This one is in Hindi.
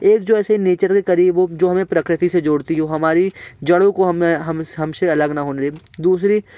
एक जो ऐसे नेचर के करीब हो जो हमें प्रकृति से जोड़ती हो हमारी जड़ों को हमसे अलग न होने दें दूसरी